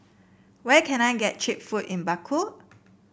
where can I get cheap food in Baku